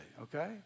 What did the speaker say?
okay